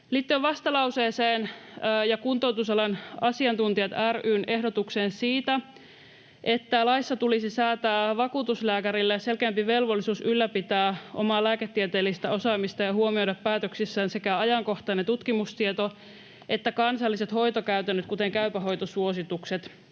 Liittyen vastalauseeseen ja Kuntoutusalan Asiantuntijat ry:n ehdotukseen siitä, että laissa tulisi säätää vakuutuslääkärille selkeämpi velvollisuus ylläpitää omaa lääketieteellistä osaamistaan ja huomioida päätöksissään sekä ajankohtainen tutkimustieto että kansalliset hoitokäytännöt, kuten Käypä hoito ‑suositukset: